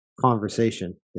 conversation